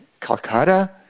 Calcutta